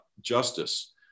justice